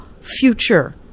future